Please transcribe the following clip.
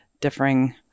differing